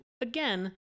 again